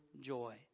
joy